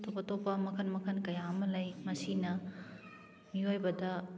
ꯑꯇꯣꯞ ꯑꯇꯣꯞꯄ ꯃꯈꯜ ꯀꯌꯥ ꯑꯃ ꯂꯩ ꯃꯁꯤꯅ ꯃꯤꯑꯣꯏꯕꯗ